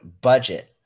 budget